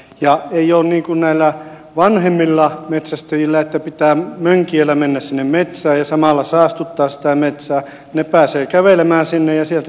ei se ole niin kuin näillä vanhemmilla metsästäjillä että pitää mönkijällä mennä sinne metsään ja samalla saastuttaa sitä metsää he pääsevät kävelemään sinne ja sieltä he hakevat mitä tarvitsevat